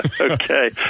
Okay